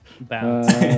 bounce